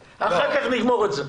אחר כך נגמור את זה.